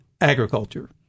agriculture